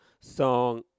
song